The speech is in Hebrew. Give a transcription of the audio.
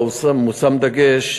שבה מושם דגש,